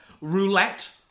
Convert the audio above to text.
Roulette